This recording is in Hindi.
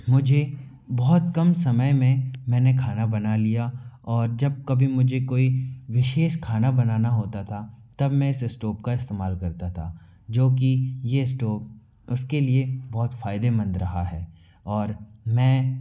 मुझे बहुत कम समय में मैंने खाना बना लिया और जब कभी मुझे कोई विशेष खाना बनाना होता था तब मैं इस स्टॉव का इस्तेमाल करता था जो कि ये स्टॉव उसके लिए बहुत फायदेमंद रहा है और मैं